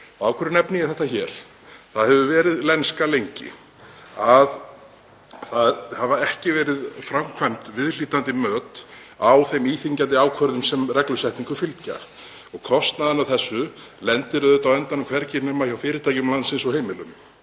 hverju nefni ég þetta hér? Það hefur verið lenska lengi að það hefur ekki verið framkvæmt viðhlítandi mat á þeim íþyngjandi ákvörðunum sem reglusetningu fylgja. Kostnaðurinn af þessu lendir auðvitað á endanum hvergi nema hjá fyrirtækjum landsins og heimilum.